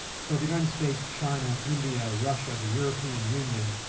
so the united states, china, india, russia, the european union,